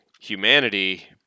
humanity